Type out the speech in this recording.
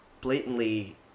blatantly